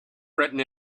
written